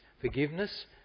forgiveness